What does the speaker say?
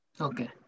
Okay